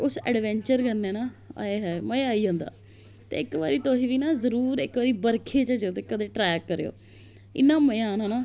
ते उस अडवेंचर कन्ने ना आए हाए मजा आई जंदा ते इक वारी तुस वी ना जरुर इक वारी बरखे च ट्रैक करेओ इना मझा आना ना